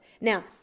now